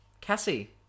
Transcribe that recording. Cassie